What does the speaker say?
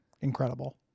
incredible